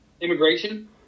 immigration